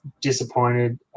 disappointed